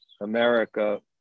America